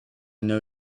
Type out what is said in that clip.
know